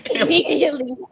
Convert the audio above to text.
Immediately